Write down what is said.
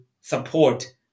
support